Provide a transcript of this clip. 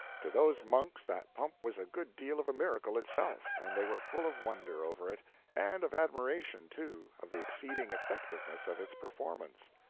to those monks that pump was a good deal of a miracle itself, and they were full of wonder over it and of admiration, too, of the exceeding effectiveness of its performance.